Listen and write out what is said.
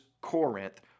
Corinth